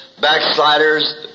backsliders